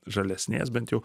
žalesnės bent jau